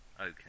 Okay